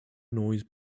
noise